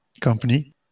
company